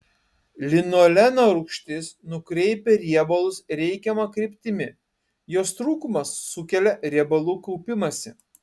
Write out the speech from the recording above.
linoleno rūgštis nukreipia riebalus reikiama kryptimi jos trūkumas sukelia riebalų kaupimąsi